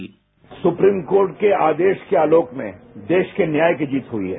bite supreme court के आदेश के आलोक में देश केन्याय की जीत हुई है